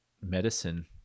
medicine